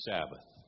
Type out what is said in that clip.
Sabbath